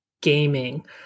gaming